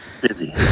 busy